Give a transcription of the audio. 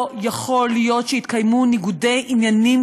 לא יכול להיות שיתקיימו ניגודי עניינים